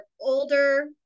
older